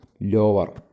lower